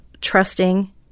trusting